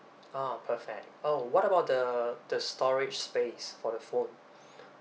uh perfect oh what about the the storage space for the phone